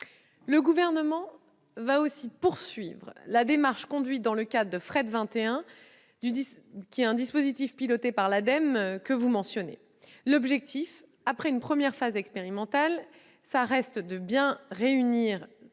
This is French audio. Le Gouvernement va en outre poursuivre la démarche conduite dans le cadre de FRET21, le dispositif piloté par l'ADEME que vous mentionnez. L'objectif, après une première phase expérimentale, reste de réunir